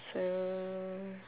so